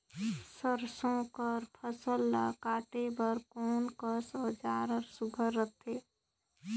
सरसो कर फसल ला काटे बर कोन कस औजार हर सुघ्घर रथे?